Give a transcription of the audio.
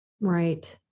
Right